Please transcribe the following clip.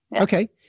Okay